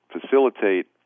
facilitate